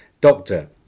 Doctor